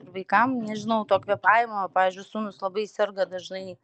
ir vaikam nežinau to kvėpavimo pavyzdžiui sūnus labai serga dažnai